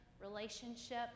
relationship